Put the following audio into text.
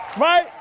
right